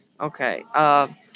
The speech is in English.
Okay